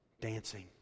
Dancing